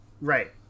Right